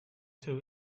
two